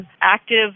active